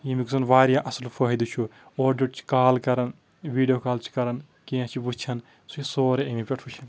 ییٚمیُک زن واریاہ اصل فٲیدٕ چھُ اورٕ یورٕ چھِ کال کران ویٖڑیو کال چھِ کران کینٛہہ چھِ وٕچھان سُہ چھِ سورُے امی پٮ۪ٹھ وٕچھان